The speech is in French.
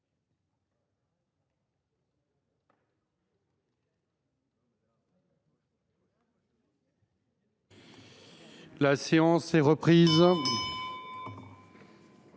La séance est reprise.